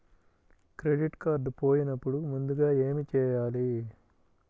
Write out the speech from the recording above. Credit card పోయినపుడు ముందుగా ఏమి చేయాలి?